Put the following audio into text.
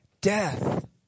death